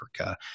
Africa